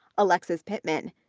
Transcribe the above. alexis pittman,